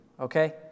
okay